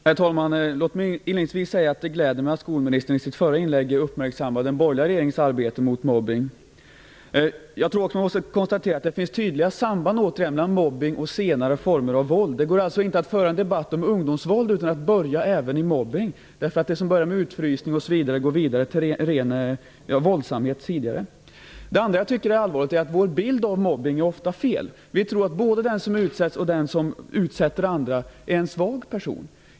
Herr talman! Låt mig inledningsvis säga att det gläder mig att skolministern i sitt förra inlägg uppmärksammade den borgerliga regeringens arbete mot mobbning. Man måste konstatera att det finns tydliga samband mellan mobbning och senare former av våld. Det går alltså inte att föra en debatt om ungdomsvåld utan att börja med mobbning, därför att det som börjar med utfrysning osv. går vidare till ren våldsamhet senare. Det andra som är allvarligt är att vår bild av mobbning ofta är fel. Vi tror att både den som utsätts och den som utsätter andra är en svag person.